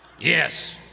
Yes